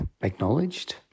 acknowledged